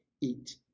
eat